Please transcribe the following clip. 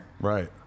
right